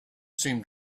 seemed